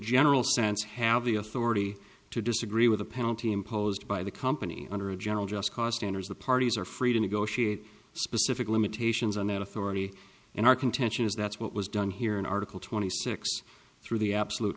general sense have the authority to disagree with a penalty imposed by the company under a general just cost enters the parties are free to negotiate specific limitations on that authority in our contention is that's what was done here in article twenty six through the absolute